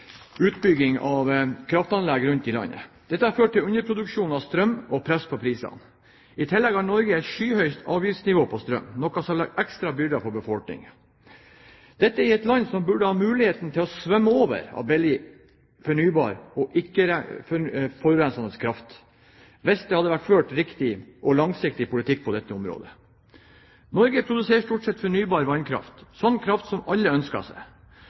utbygging av kraftanlegg rundt om i landet. Dette har ført til underproduksjon av strøm og press på priser. I tillegg har Norge et skyhøyt avgiftsnivå på strøm, noe som legger ekstra byrder på befolkningen. Dette i et land som burde ha muligheten til å flomme over av billig fornybar, ikke-forurensende kraft – hvis det hadde vært ført riktig og langsiktig politikk på dette området. Norge produserer stort sett fornybar vannkraft, slik kraft som alle ønsker seg.